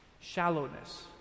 shallowness